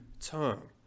term